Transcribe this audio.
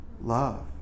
love